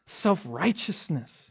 Self-righteousness